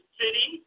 city